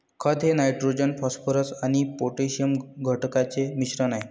खत हे nitrogen phosphorus आणि पोटॅशियम घटकांचे मिश्रण आहे